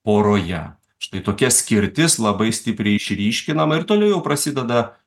poroje štai tokia skirtis labai stipriai išryškinama ir toliau jau prasideda